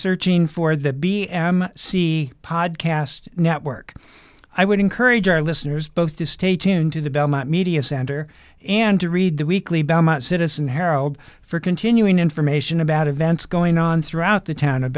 searching for the b m c podcast network i would encourage our listeners both to stay tuned to the belmont media center and to read the weekly bama citizen herald for continuing information about events going on throughout the town